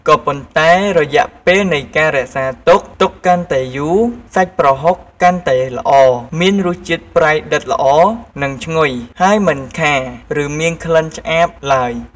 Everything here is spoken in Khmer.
ក៏ប៉ុន្តែរយៈពេលនៃការរក្សាទុក ទុកកាន់តែយូរ សាច់ប្រហុកកាន់តែល្អ មានរសជាតិប្រៃដិតល្អ និងឈ្ងុយ ហើយមិនខារ ឬមានក្លិនឆ្អាបឡើយ។